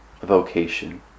vocation